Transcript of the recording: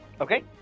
Okay